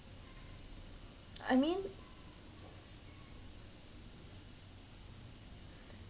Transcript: I mean